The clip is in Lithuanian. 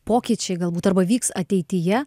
pokyčiai galbūt arba vyks ateityje